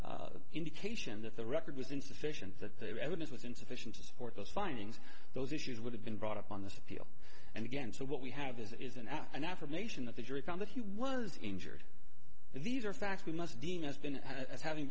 indication that the record was insufficient that evidence was insufficient to support those findings those issues would have been brought up on this appeal and again so what we have is is an ad an affirmation that the jury found that he was injured and these are facts we must deem has been as having